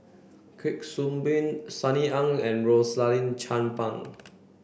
Kuik Swee Boon Sunny Ang and Rosaline Chan Pang